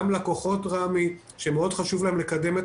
גם לקוחות רמ"י שמאוד חשוב להם לקדם את